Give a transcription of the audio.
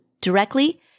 directly